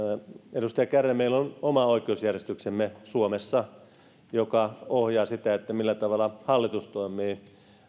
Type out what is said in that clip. edustaja kärnä meillä on suomessa oma oikeusjärjestyksemme joka ohjaa sitä millä tavalla hallitus toimii